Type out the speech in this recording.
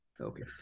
Okay